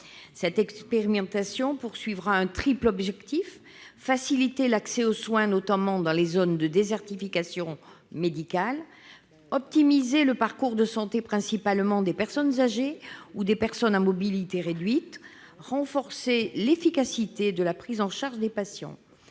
Cette expérimentation rechercherait un triple objectif : faciliter l'accès aux soins, notamment dans les zones de désertification médicale ; optimiser le parcours de santé, principalement des personnes âgées ou des personnes à mobilité réduite ; renforcer l'efficacité de la prise en charge des patients.